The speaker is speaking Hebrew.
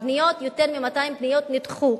הפניות, יותר מ-200 פניות, נדחו,